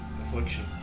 affliction